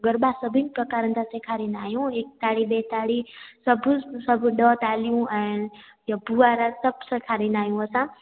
गरबा सभिनि प्रकारनि जा सेखारींदा आहियूं एक ताड़ी ॿिए ताड़ी सभु सभु ॾह तालियूं ऐं इहो पुआरा सभु सेखारींदा आहियूं असां